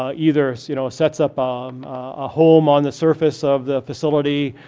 ah either you know sets up um a home on the surface of the facility,